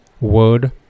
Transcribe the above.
word